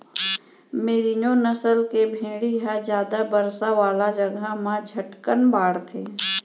मेरिनों नसल के भेड़ी ह जादा बरसा वाला जघा म झटकन बाढ़थे